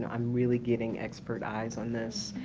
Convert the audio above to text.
i'm really getting expert eyes on this.